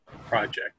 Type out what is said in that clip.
project